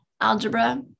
algebra